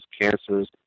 cancers